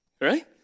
right